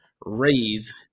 raise